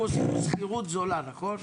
הרי עשינו שכירות זולה, נכון?